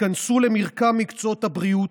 ייכנסו למרקם מקצועות הבריאות,